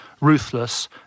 ruthless